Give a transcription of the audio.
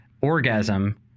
orgasm